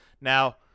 Now